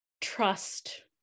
trust